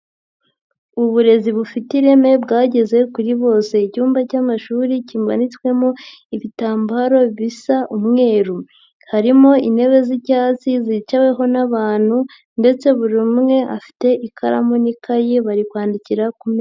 Uburezi bufite ireme bwageze kuri bose, icyumba cy'amashuri kimanitswemo ibitambaro bisa umweru, harimo intebe z'icyatsi ziciweho n'abantu ndetse buri umwe afite ikaramu n'ikayi bari kwandikira ku meza.